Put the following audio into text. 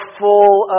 full